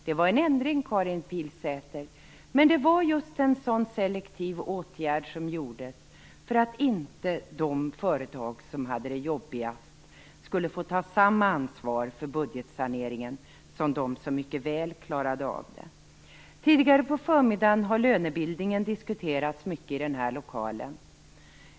Det var en ändring, Karin Pilsäter, men det var just en sådan selektiv åtgärd som gjordes för att inte de företag som hade det jobbigast skulle få ta samma ansvar för budgetsaneringen som de som mycket väl klarade av det. Tidigare på förmiddagen har lönebildningen diskuterats mycket här.